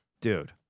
Dude